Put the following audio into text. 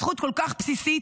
זכות כל כך בסיסית,